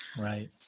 Right